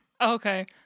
Okay